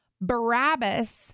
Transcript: Barabbas